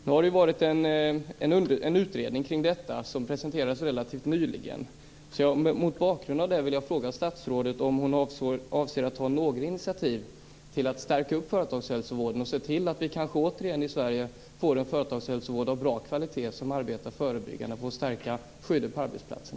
Det har varit en utredning om detta som presenterades relativt nyligen.